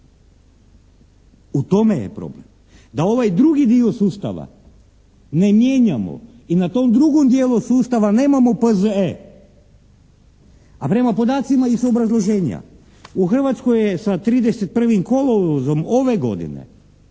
U tome je problem. Da ovaj drugi dio sustava ne mijenjamo i na tom drugom dijelu sustava nemamo P.Z.E., a prema podacima iz obrazloženja u Hrvatskoj je sa 31. kolovozom ove godine